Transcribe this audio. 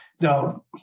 now